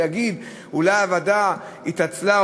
ויגיד: אולי הוועדה התעצלה,